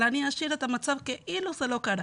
אבל אני אשאיר את המצב כאילו זה לא קרה,